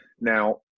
Now